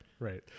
Right